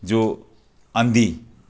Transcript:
जो अन्धी